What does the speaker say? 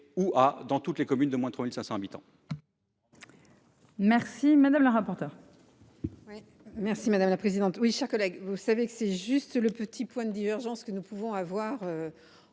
ou ah dans toutes les communes de moins 3500 habitants.